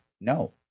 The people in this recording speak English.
No